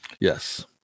Yes